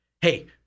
Hey